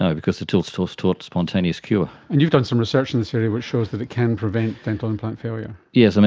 yeah because they still still taught spontaneous cure. and you've done some research in this area which shows that it can prevent dental implant failure. yes, ah